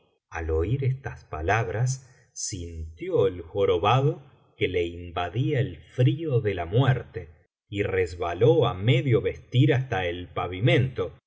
al oir estas palabras sintió el jorobado que le invadía el frío de la muerte y resbaló á medio vestir hasta el pavimento